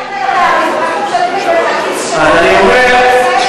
מה זה משנה התעריף?